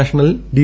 national D